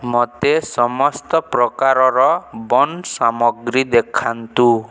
ମୋତେ ସମସ୍ତ ପ୍ରକାରର ବନ୍ ସାମଗ୍ରୀ ଦେଖାନ୍ତୁ